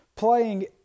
playing